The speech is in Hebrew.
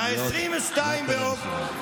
ב-22 באוגוסט,